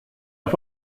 auf